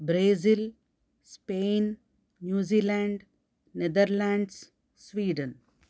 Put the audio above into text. Brazil Spain New Zealand Netherlands Sweden